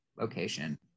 location